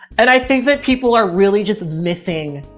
and i think that people are really just missing,